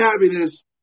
happiness